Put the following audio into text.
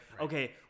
okay